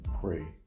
pray